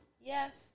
Yes